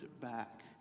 back